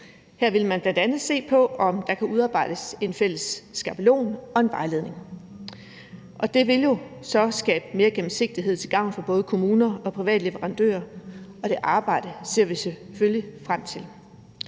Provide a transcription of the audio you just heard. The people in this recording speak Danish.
Her vil man bl.a. se på, om der kan udarbejdes en fælles skabelon og en vejledning. Det vil jo så skabe mere gennemsigtighed til gavn for både kommuner og private leverandører, og det arbejde ser vi